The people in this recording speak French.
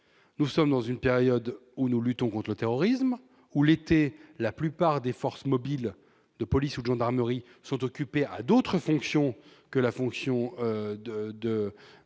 nous sommes dans une période de lutte contre le terrorisme : l'été, la plupart des forces mobiles de police ou de gendarmerie sont occupées à d'autres fonctions que la fonction de